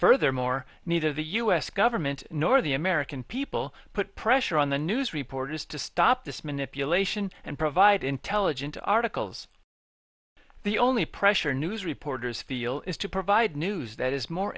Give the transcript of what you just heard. furthermore neither the us government nor the american people put pressure on the news reporters to stop this manipulation and provide intelligent articles the only pressure news reporters feel is to provide news that is more